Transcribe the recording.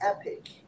EPIC